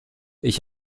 ich